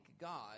God